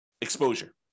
exposure